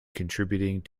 contributing